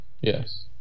Yes